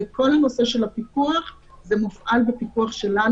וכל הנושא של הפיקוח מופעל על ידינו,